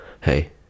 Hey